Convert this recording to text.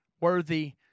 worthy